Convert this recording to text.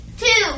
two